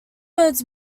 words